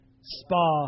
spa